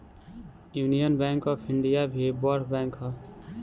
union bank of India भी बड़ bank हअ